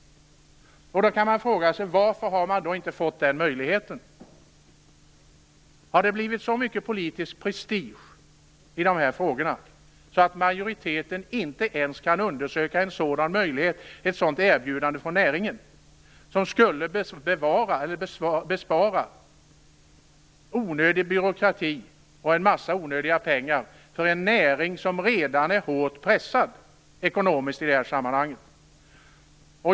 Då kan man fråga sig: Varför har man inte fått den möjligheten? Har det gått så mycket politisk prestige i de här frågorna att majoriteten inte ens kan undersöka en sådan möjlighet? Ett sådant erbjudande skulle spara onödig byråkrati och en mängd onödiga utgifter för en näring som redan är hårt pressad ekonomiskt i det här sammanhanget.